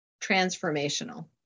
transformational